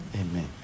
Amen